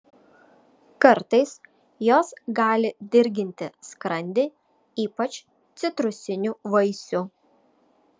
kartais jos gali dirginti skrandį ypač citrusinių vaisių